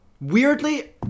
weirdly